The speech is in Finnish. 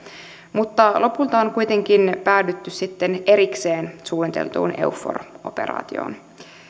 mutta lopulta on kuitenkin päädytty sitten erikseen suunniteltuun eufor operaatioon